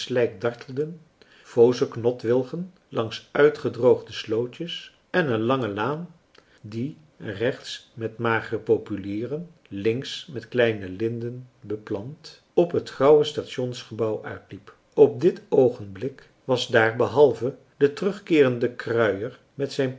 slijk dartelden vooze knotwilligen langs uitgedroogde slootjes en een lange laan die rechts met magere populieren links met kleine linden beplant op het grauwe stations gebouw uitliep op dit oogenblik was daar behalve de terugkeerende kruier met zijn